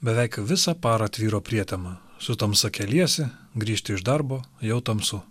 beveik visą parą tvyro prietema su tamsa keliesi grįžti iš darbo jau tamsu